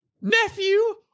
nephew